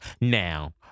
now